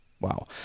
wow